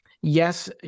yes